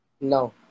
No